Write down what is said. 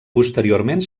posteriorment